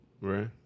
Right